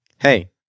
hey